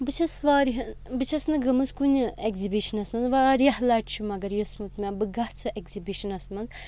بہٕ چھَس واریاہ بہٕ چھَس نہٕ گٔمٕژ کُنہِ ایٚگزِبِشنَس منٛز واریاہ لَٹہِ چھُ مگر یوٚژھمُت مےٚ بہٕ گژھٕ ایٚگزِبِشنَس منٛز